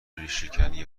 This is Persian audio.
ریشهکنی